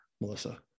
Melissa